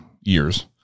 years